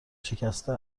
شکسته